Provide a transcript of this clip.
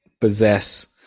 possess